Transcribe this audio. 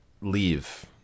leave